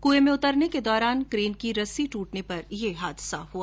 कुए में उतरने के दौरा केन की रस्सी ट्रटने पर यह हादसा हुआ